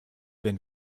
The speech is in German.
wenn